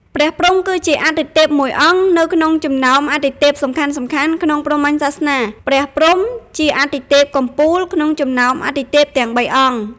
ព្រះព្រហ្ម គឺជាអទិទេពមួយអង្គ នៅក្នុងចំណោមអទិទេពសំខាន់ៗ ក្នុងព្រហ្មញ្ញសាសនា ព្រះព្រហ្ម ជាអទិទេពកំពូល ក្នុងចំណោមអទិទេពទាំង៣អង្គ។